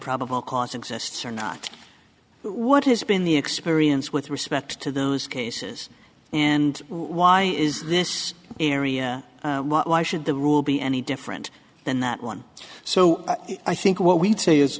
probable cause exists or not what has been the experience with respect to those cases and why is this area why should the rule be any different than that one so i think what we'd say is